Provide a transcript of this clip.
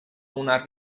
una